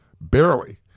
Barely